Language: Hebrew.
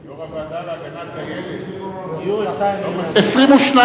לדיון מוקדם בוועדת החוקה, חוק ומשפט נתקבלה.